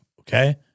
Okay